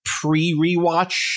pre-rewatch